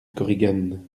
korigane